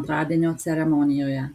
antradienio ceremonijoje